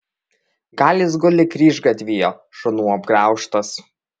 gal jis guli kryžgatvyje šunų apgraužtas